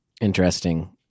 interesting